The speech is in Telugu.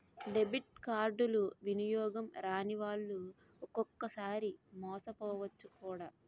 డెబిట్ కార్డులు వినియోగం రానివాళ్లు ఒక్కొక్కసారి మోసపోవచ్చు కూడా